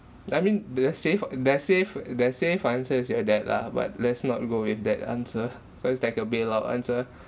I mean because safe the safe the safe answer's your dad lah but let's not go with that answer that's like a bailout answer